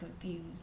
confused